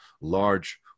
large